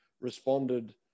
responded